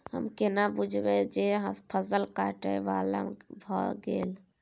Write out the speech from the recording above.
हम केना बुझब जे फसल काटय बला भ गेल?